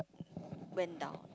went down